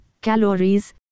calories